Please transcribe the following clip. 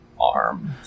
arm